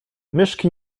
myszki